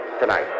tonight